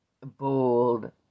Bold